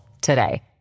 today